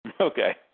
Okay